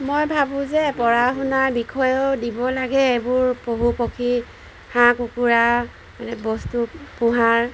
মই ভাবোঁ যে পঢ়া শুনা বিষয়ো দিব লাগে এইবোৰ পশু পক্ষী হাঁহ কুকুৰা মানে বস্তু পোহাৰ